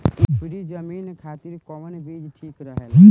उपरी जमीन खातिर कौन बीज ठीक होला?